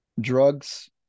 Drugs